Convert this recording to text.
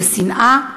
לשנאה,